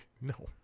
no